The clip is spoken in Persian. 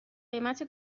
قیمت